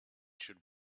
should